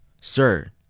sir